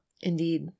Indeed